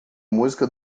música